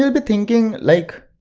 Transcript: so be thinking like,